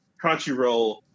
Crunchyroll